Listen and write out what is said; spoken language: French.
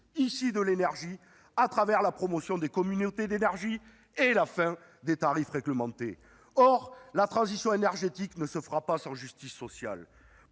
de l'énergie, à travers la promotion des communautés d'énergie et la fin des tarifs réglementés. Or la transition énergétique ne se fera pas sans justice sociale.